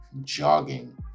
jogging